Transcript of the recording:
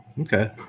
okay